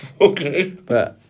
Okay